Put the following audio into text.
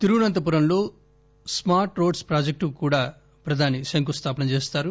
తిరువనంతపురంలో smart roads project కు కూడా ప్రధాని శంకుస్థాపన చేస్తారు